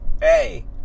Hey